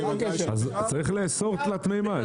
צריך לאסור תלת מימד.